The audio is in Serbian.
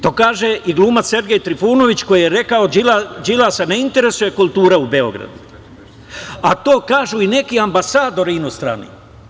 To kaže i glumac Sergej Trifunović koji je rekao Đilasa ne interesuje kultura u Beogradu, a to kažu i neki ambasadori inostrani.